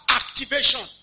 activation